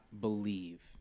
believe